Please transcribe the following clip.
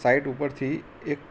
site ઉપરથી એક